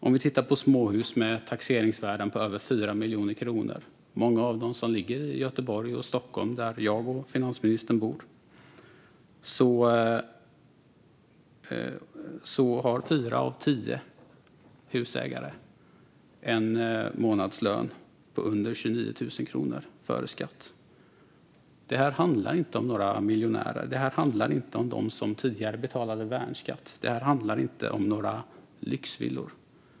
Om vi tittar på småhus med taxeringsvärden på över 4 miljoner kronor, varav många ligger i Göteborg och Stockholm, där jag och finansministern bor, ser vi att fyra av tio husägare har en månadslön på under 29 000 kronor före skatt. Det här handlar inte om några miljonärer. Det här handlar inte om dem som tidigare betalade värnskatt. Det här handlar inte om några lyxvillor.